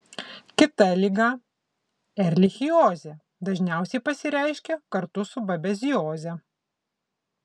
kita liga erlichiozė dažniausiai pasireiškia kartu su babezioze